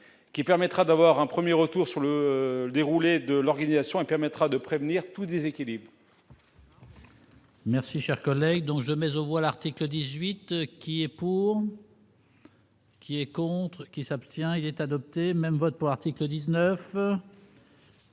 qui permettra d'avoir un 1er, retour sur le déroulé de l'organisation et permettra de prévenir tout déséquilibre. Merci, cher collègue donc jamais au voilà recycle 18 qui est pour. Qui est con. Qui s'abstient, il est adopté, même votre peau, article 19.